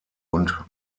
und